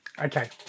Okay